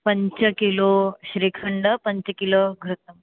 पञ्च किलो श्रीखण्डः पञ्च किलो घृतम्